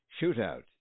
Shootout